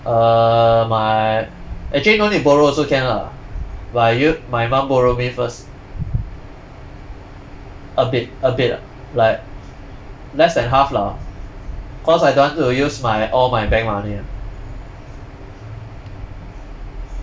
err my actually no need borrow also can lah but I use my mum borrow me first a bit a bit like less than half lah cause I don't want to use my all my bank money ah